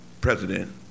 president